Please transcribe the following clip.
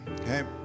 Okay